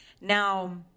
Now